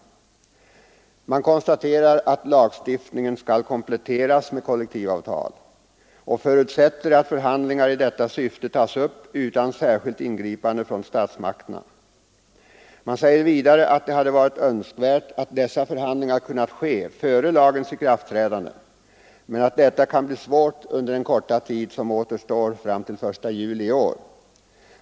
Utskottet konstaterar att lagstiftningen skall kompletteras med kollektivavtal och förutsätter att förhandlingar i detta syfte tas upp utan särskilt ingripande från statsmakterna. Man säger vidare att det hade varit önskvärt att dessa förhandlingar kunnat ske före lagens ikraftträdande, men att detta kan bli svårt under den korta tiden fram till den 1 juli i år.